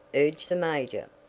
urged the major,